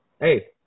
Hey